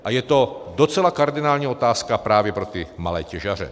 A je to docela kardinální otázka právě pro ty malé těžaře.